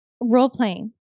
role-playing